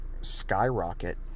skyrocket